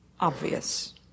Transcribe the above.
obvious